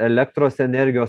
elektros energijos